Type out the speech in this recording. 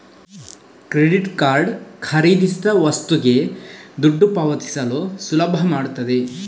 credit card ಖರೀದಿಸಿದ ವಸ್ತುಗೆ ದುಡ್ಡು ಪಾವತಿಸಲು ಸುಲಭ ಮಾಡ್ತದೆ